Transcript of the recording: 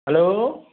hello